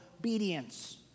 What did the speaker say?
obedience